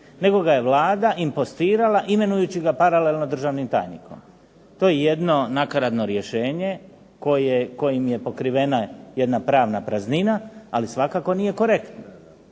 nego ga je Vlada impostirala imenujući ga paralelno državnim tajnikom. To je jedno nakaradno rješenje kojim je pokrivena jedna pravna praznina, ali svakako nije korektno.